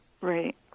Right